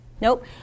Nope